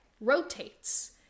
rotates